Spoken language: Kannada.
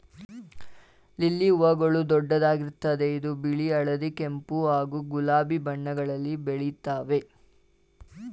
ಲಿಲಿ ಹೂಗಳು ದೊಡ್ಡದಾಗಿರ್ತದೆ ಇದು ಬಿಳಿ ಹಳದಿ ಕೆಂಪು ಹಾಗೂ ಗುಲಾಬಿ ಬಣ್ಣಗಳಲ್ಲಿ ಬೆಳಿತಾವೆ